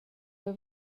jeu